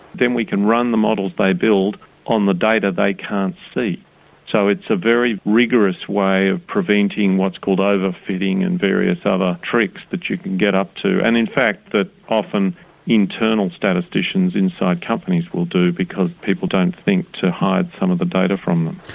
then we can run the models they build on the data they can't see so it's a very rigorous way of preventing what's called over-fitting and various other tricks that you can get up to, and in fact that often internal statisticians inside companies will do because people don't think to hide some of the data from them.